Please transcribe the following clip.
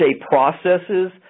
processes